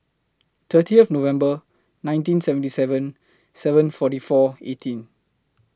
thirtieth November nineteen seventy seven seven forty four eighteen